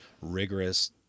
rigorous